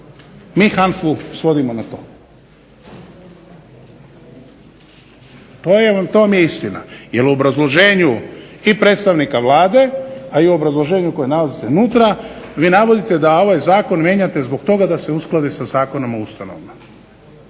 Mi HANFA-u svodimo na to. To vam je istina, jer u obrazloženju i predstavnika Vlade, a i u obrazloženju koje navodi se unutra vi navodite da ovaj zakon mijenjate zbog toga da se uskladi sa zakonom o ustanovama.